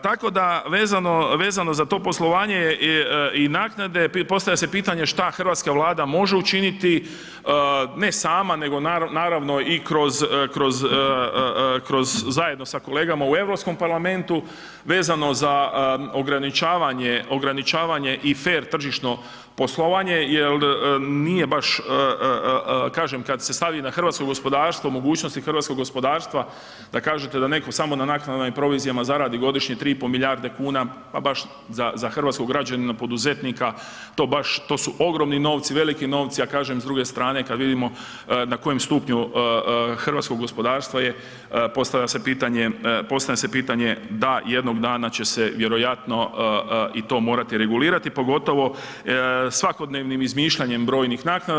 Tako da vezano za to poslovanje i naknade, postavlja se pitanje što hrvatska Vlada može učiniti, ne sama, nego naravno i kroz zajedno sa kolegama u EU parlamentu vezano za ograničavanje i fer tržišno poslovanje jer nije baš, kažem kad se stavi na hrvatsko gospodarstvo, mogućnosti hrvatskog gospodarstva da kažete da netko samo na naknadama i provizijama zaradi godišnje 3,5 milijarde kuna, pa baš za hrvatskog građanina, poduzetnika, to baš, to su ogromni novci, veliki novci, a kažem, s druge strane, kad vidimo na kojem stupnju hrvatskog gospodarstva je, postavlja se pitanje da jednog dana će se vjerojatno i to morati regulirati, pogotovo svakodnevnim izmišljanjem brojnih naknada.